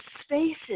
spaces